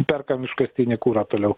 perkam iškastinį kurą toliau